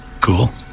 cool